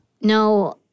No